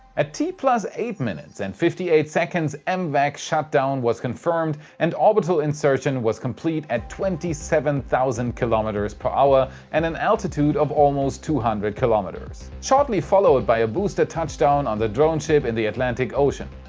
at t eight minutes and fifty eight seconds m-vac shut down was confirmed and orbit so insertion was complete at twenty seven thousand kilometers per hour and an altitude of almost two hundred kilometers. shortly followed by a booster touch down on the drone ship in the atlantic ocean.